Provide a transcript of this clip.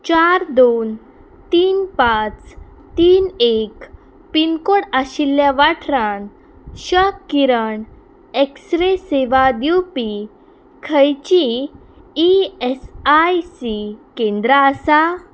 चार दोन तीन पांच तीन एक पिनकोड आशिल्ल्या वाठारांत क्ष किरण एक्सरे सेवा दिवपी खंयचींय ई एस आय सी केंद्रां आसा